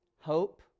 Hope